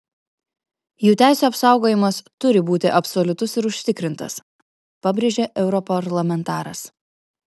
jų teisių apsaugojimas turi būti absoliutus ir užtikrintas pabrėžė europarlamentaras